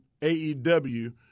AEW